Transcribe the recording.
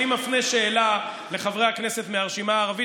אני מפנה שאלה לחברי הכנסת מהרשימה הערבית.